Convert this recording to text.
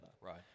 Right